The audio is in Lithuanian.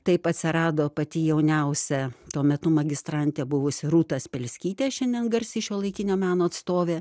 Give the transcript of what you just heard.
taip atsirado pati jauniausia tuo metu magistrantė buvusi rūta spelskytė šiandien garsi šiuolaikinio meno atstovė